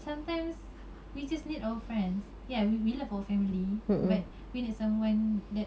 sometimes we just need our friends ya we we love our family but we need someone that